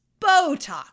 Botox